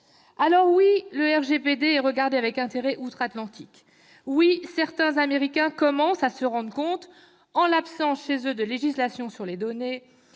Alors oui, le RGPD est regardé avec intérêt outre-Atlantique. Oui, certains Américains commencent à se rendre compte, en l'absence chez eux de législation sur les données,